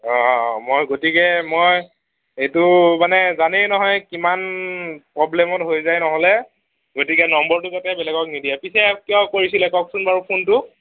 অঁ মই গতিকে মই এইটো মানে জানেই নহয় কিমান প্ৰব্লেমত হৈ যায় নহ'লে গতিকে নম্বৰটো যাতে বেলেগক নিদিয়ে পিছে কিয় কৰিছিলে কওঁকচোন বাৰু ফোনটো